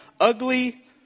ugly